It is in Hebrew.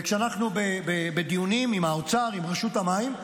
וכשאנחנו בדיונים עם האוצר, עם רשות המים,